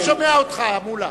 אני לא שומע אותך, מולה.